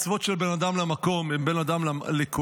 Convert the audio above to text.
מצוות של בין אדם למקום ובין אדם לקונו,